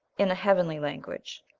in a heavenly language,